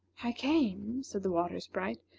i came, said the water sprite,